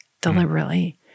deliberately